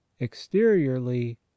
exteriorly